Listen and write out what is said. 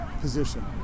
position